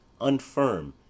unfirm